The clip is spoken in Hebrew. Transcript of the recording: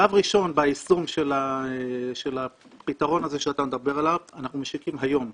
שלב ראשון ביישום של הפתרון הזה שאתה מדבר עליו אנחנו משיקים היום.